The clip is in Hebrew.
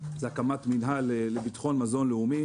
זה הקמת מינהל לביטחון מזון לאומי.